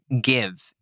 give